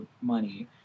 money